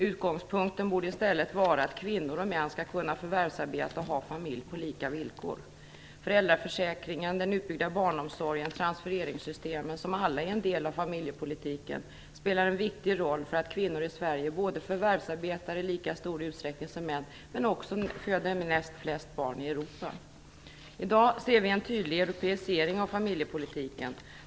Utgångspunkten borde i stället vara att kvinnor och män skall kunna förvärvsarbeta och ha familj på lika villkor. Föräldraförsäkringen, den utbyggda barnomsorgen och transfereringssystemen, som alla är en del av familjepolitiken, spelar en viktig roll för att kvinnor i Sverige dels förvärvsarbetar i lika stor utsträckning som män, dels också föder näst flest barn i I dag ser vi en tydlig europeisering av familjepolitiken.